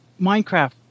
Minecraft